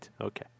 okay